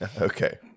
Okay